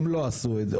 והן לא עשו את זה,